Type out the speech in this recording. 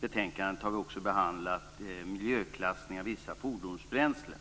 betänkandet har vi också behandlat miljöklassning av vissa fordonsbränslen.